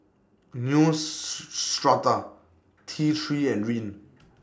News Strata T three and Rene